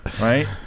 Right